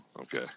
Okay